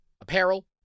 apparel